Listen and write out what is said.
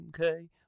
okay